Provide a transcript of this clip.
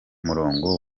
murongo